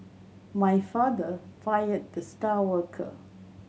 my father fired the star worker